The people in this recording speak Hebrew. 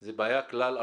זו בעיה כלל-ארצית.